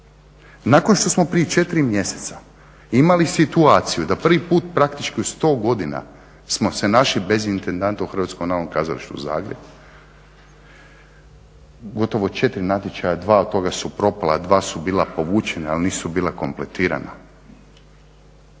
Nakon što smo prije 4 mjeseca imali situaciju da prvi put praktički u sto godina smo se našli bez intendanta u HNK-u Zagreb, gotovo četiri natječaja, dva od toga su propala, dva su bila povučena jer nisu bila kompletirana,